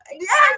Yes